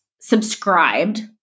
subscribed